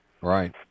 Right